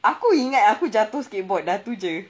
aku ingat aku jatuh skateboard ha tu jer